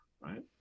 right